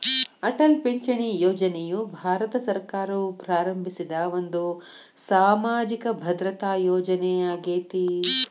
ಅಟಲ್ ಪಿಂಚಣಿ ಯೋಜನೆಯು ಭಾರತ ಸರ್ಕಾರವು ಪ್ರಾರಂಭಿಸಿದ ಒಂದು ಸಾಮಾಜಿಕ ಭದ್ರತಾ ಯೋಜನೆ ಆಗೇತಿ